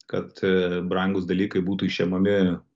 kad brangūs dalykai būtų išimami